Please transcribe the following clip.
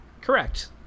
correct